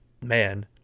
Man